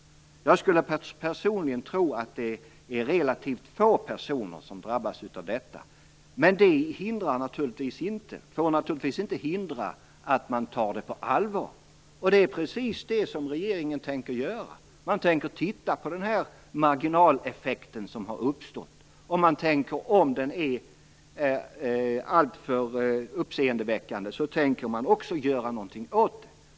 Jag skulle personligen tro att det är relativt få personer som drabbas av detta, men det får naturligtvis inte hindra att man tar det på allvar. Och det är precis vad regeringen tänker göra. Man tänker titta närmare på den marginaleffekt som har uppstått, och om den är alltför uppseendeväckande tänker man också göra någonting åt den.